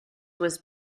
was